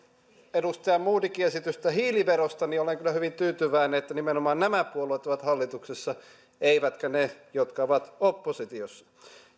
edustaja modigin esitystä hiiliverosta niin olen kyllä hyvin tyytyväinen että nimenomaan tietyt puolueet ovat hallituksessa eivätkä ne jotka ovat oppositiossa